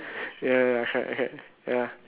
ya ya correct correct ya